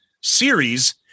series